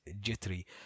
jittery